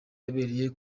yabereye